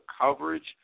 coverage